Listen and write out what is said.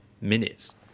minutes